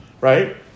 Right